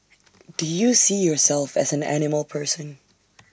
do you see yourself as an animal person